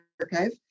archive